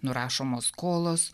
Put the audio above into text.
nurašomos skolos